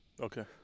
Okay